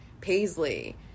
paisley